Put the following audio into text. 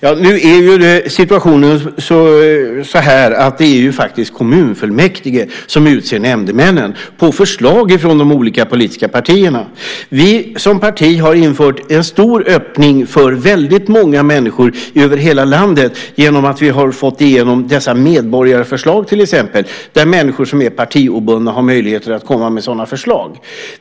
Herr talman! Nu är situationen så att det faktiskt är kommunfullmäktige som utser nämndemännen på förslag från de olika politiska partierna. Vi som parti har infört en stor öppning för väldigt många människor över hela landet genom att vi har fått igenom medborgarförslag till exempel där människor som är partiobundna har möjligheter att komma med förslag.